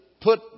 put